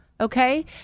Okay